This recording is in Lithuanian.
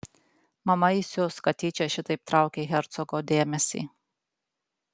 mama įsius kad tyčia šitaip traukei hercogo dėmesį